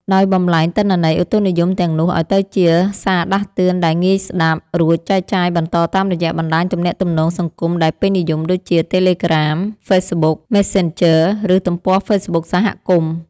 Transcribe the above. ដោយបំប្លែងទិន្នន័យឧតុនិយមទាំងនោះឱ្យទៅជាសារដាស់តឿនដែលងាយស្ដាប់ រួចចែកចាយបន្តតាមរយៈបណ្ដាញទំនាក់ទំនងសង្គមដែលពេញនិយមដូចជា តេឡេក្រាម (Telegram) ហ្វេសប៊ុក (Facebook) មេសសិនជឺ (Messenger) ឬទំព័រហ្វេសប៊ុកសហគមន៍។